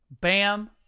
Bam